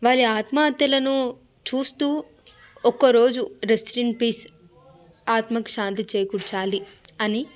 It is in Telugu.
వారి ఆత్మహత్యలను చూస్తూ ఒకరోజు రెస్ట్ ఇన్ పీస్ ఆత్మకు శాంతి చేకూర్చాలి అని